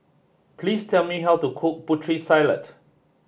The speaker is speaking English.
please tell me how to cook Putri Salad